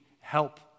help